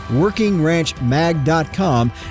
workingranchmag.com